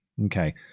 Okay